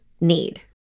need